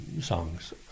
songs